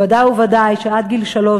ודאי וודאי שעד גיל שלוש,